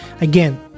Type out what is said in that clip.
again